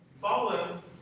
Follow